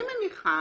אני מניחה